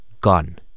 gone